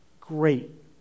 great